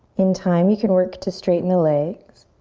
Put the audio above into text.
in time, you can work to straighten the legs.